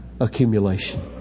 accumulation